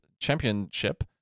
championship